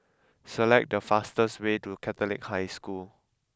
select the fastest way to Catholic High School